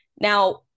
Now